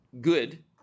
good